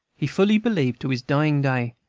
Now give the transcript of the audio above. he fully believed, to his dying day,